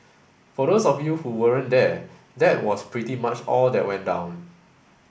for those of you who weren't there that was pretty much all that went down